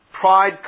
pride